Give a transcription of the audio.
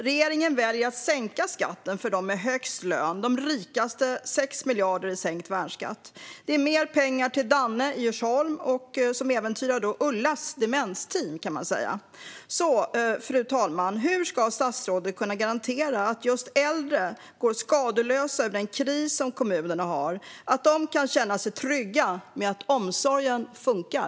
Regeringen väljer att sänka skatten för dem med högst lön - 6 miljarder i sänkt värnskatt för de rikaste. Det är mer pengar till Danne i Djursholm, vilket äventyrar Ullas demensteam. Fru talman! Hur ska statsrådet kunna garantera att just äldre går skadeslösa ur den kris som kommunerna har och kan känna sig trygga med att omsorgen funkar?